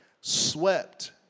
swept